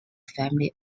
family